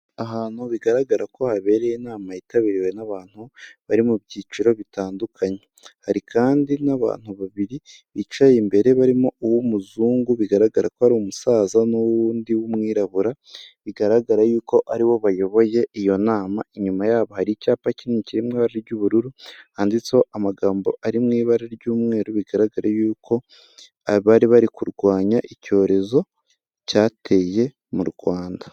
Ahantu bigaragara ko habereye inama yitabiriwe n'abantu bari mu byiciro bitandukanye, hari kandi n'abantu babiri bicaye imbere barimo uw'umuzungu bigaragara ko ari umusaza n'undi w'umwirabura bigaragara yuko aribo bayoboye iyo nama, inyuma yabo hari icyapa kinini kiri mu ibara ry'ubururu handitseho amagambo ari mu ibara ry'umweru bigaragara yuko abari bari kurwanya icyorezo cyateye mu Rwanda.